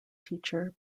teacher